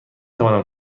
توانم